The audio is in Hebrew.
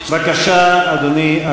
בבקשה, אדוני.